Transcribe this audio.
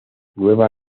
nueva